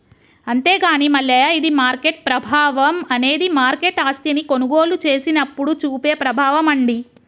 అంతేగాని మల్లయ్య ఇది మార్కెట్ ప్రభావం అనేది మార్కెట్ ఆస్తిని కొనుగోలు చేసినప్పుడు చూపే ప్రభావం అండి